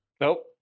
Nope